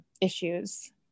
issues